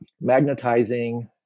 magnetizing